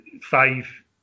five